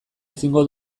ezingo